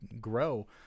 grow